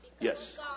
Yes